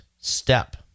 step